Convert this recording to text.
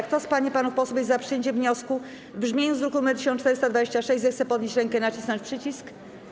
Kto z pań i panów posłów jest za przyjęciem wniosku w brzmieniu z druku nr 1426, zechce podnieść rękę i nacisnąć przycisk.